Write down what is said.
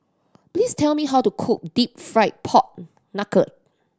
please tell me how to cook Deep Fried Pork Knuckle